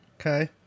Okay